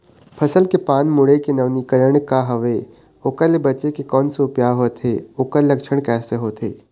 फसल के पान मुड़े के नवीनीकरण का हवे ओकर ले बचे के कोन सा उपाय होथे ओकर लक्षण कैसे होथे?